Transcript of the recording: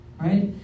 right